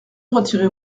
retirer